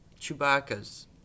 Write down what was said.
Chewbacca's